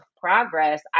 progress